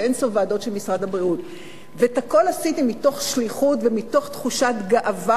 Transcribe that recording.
הצעת האי-אמון של קדימה אינה מוגשת הפעם רק בשל חוסר מעש של הממשלה.